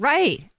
Right